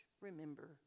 remember